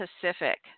Pacific